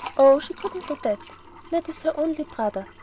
oh, she couldn't do that ned is her only brother.